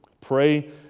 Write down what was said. Pray